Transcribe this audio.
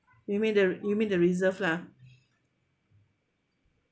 you mean the you mean the reserve lah